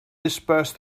disperse